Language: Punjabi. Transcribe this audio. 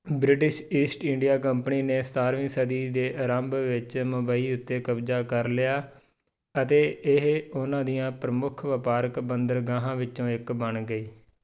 ਬ੍ਰਿਟਿਸ਼ ਈਸਟ ਇੰਡੀਆ ਕੰਪਨੀ ਨੇ ਸਤਾਰਵੀਂ ਸਦੀ ਦੇ ਆਰੰਭ ਵਿੱਚ ਮੁੰਬਈ ਉੱਤੇ ਕਬਜ਼ਾ ਕਰ ਲਿਆ ਅਤੇ ਇਹ ਉਨ੍ਹਾਂ ਦੀਆਂ ਪ੍ਰਮੁੱਖ ਵਪਾਰਕ ਬੰਦਰਗਾਹਾਂ ਵਿੱਚੋਂ ਇੱਕ ਬਣ ਗਈ